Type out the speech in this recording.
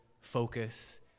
focus